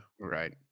Right